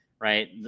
right